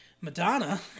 Madonna